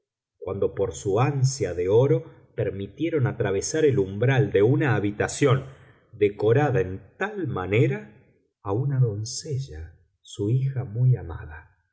cuando por su ansia de oro permitieron atravesar el umbral de una habitación decorada en tal manera a una doncella su hija muy amada